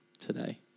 today